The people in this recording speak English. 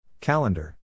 Calendar